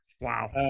Wow